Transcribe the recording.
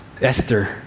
Esther